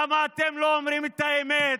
למה אתם לא אומרים את האמת?